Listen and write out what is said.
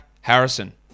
Harrison